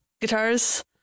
guitars